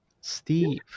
Steve